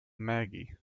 maggie